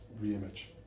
re-image